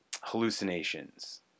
hallucinations